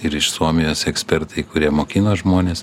ir iš suomijos ekspertai kurie mokino žmones